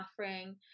offering